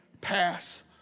pass